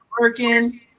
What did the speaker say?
working